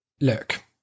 look